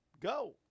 Go